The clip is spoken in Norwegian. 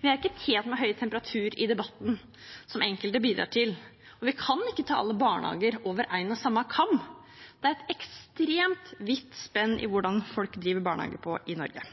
Vi er ikke tjent med høy temperatur i debatten, som enkelte bidrar til, og vi kan ikke skjære alle barnehager over en og samme kam. Det er et ekstremt vidt spenn i hvordan folk driver barnehage i Norge,